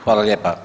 Hvala lijepa.